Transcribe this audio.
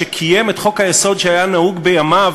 שקיים את חוק-היסוד שהיה נהוג בימיו,